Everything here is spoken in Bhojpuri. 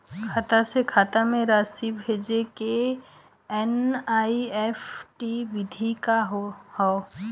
खाता से खाता में राशि भेजे के एन.ई.एफ.टी विधि का ह?